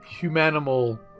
humanimal